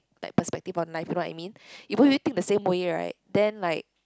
like perspective on life you know what I mean if both of you think the same way right then like